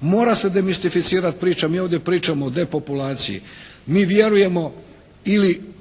Mora se demistificirati priča. Mi ovdje pričamo o depopulaciji. Mi vjerujemo ili